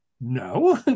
No